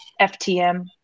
ftm